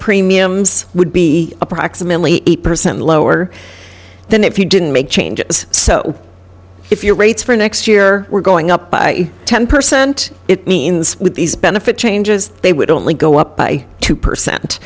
premiums would be approximately eight percent lower than if you didn't make changes so if your rates for next year were going up by ten percent it means with these benefit changes they would only go up by two percent